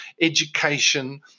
education